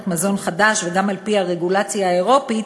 מזון חדש וגם על-פי הרגולציה האירופית,